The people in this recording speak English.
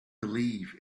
believe